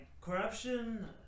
corruption